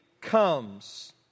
comes